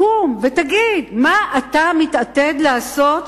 קום ותגיד מה אתה מתעתד לעשות,